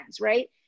right